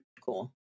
cool